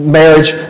marriage